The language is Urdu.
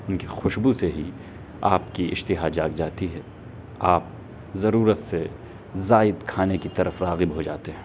ان کی خوشبو سے ہی آپ کی اشتہا جاگ جاتی ہے آپ ضرورت سے زائد کھانے کی طرف راغب ہو جاتے ہیں